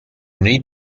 need